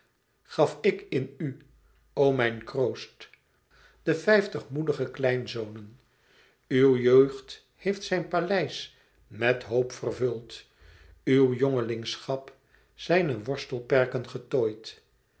gaf ik in u o mijn kroost de vijftig moedige kleinzonen uw jeugd heeft zijn paleis met hoop vervuld uw jongelingschap zijne worstelperken getooid